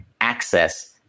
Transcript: access